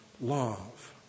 love